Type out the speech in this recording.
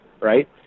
right